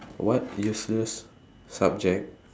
what useless subject